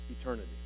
eternity